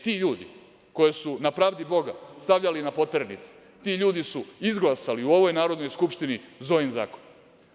Ti ljudi koje su na pravdi Boga stavljali na poternice, ti ljudi su izglasali u ovoj Narodnoj skupštini Zojin zakon.